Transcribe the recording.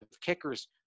kickers